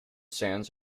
sands